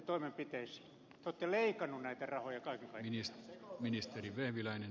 te olette leikannut näitä rahoja kaiken kaikkiaan